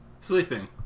Sleeping